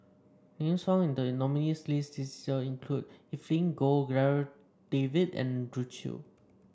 names found in the nominees' list this year include Evelyn Goh Darryl David and Andrew Chew